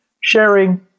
sharing